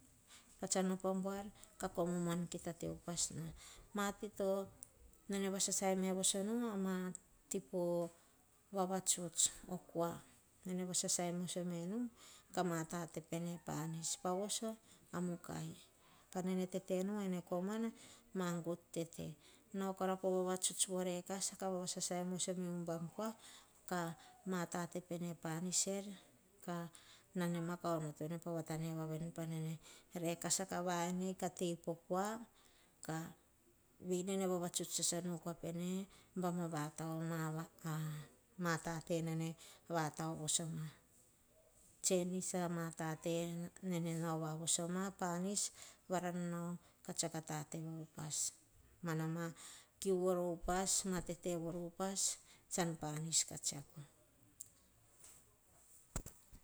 Pa tsam op a buar, koma muan tsa kita te upas na. Mati nene vasasai me voso nu, a mati po vavatuts o kua, nene vasasai me voso nu. Kama tate pene panis, pa voso amukai. Pa nene tete nu, ene koma, a ma gut tete. Nao kora po vavatuts vorekasa, ka vasosai moso me o ubam kua. Ka ma tate pene panis er, ka na nema, ka onoto pa vata voa veni, pane rekas ka va en ei ka tei po kua ka vei nene vavatuts sasanu o kua, baim a tao o matate, nene va tao voso ma. tsenis ama tate nene nao voa vosoma. Panis, varan nao, ka tsiako a tate va upas, ma kiu voro upas. ma tete voro upas, tsa panis vara tsiako.